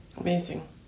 Amazing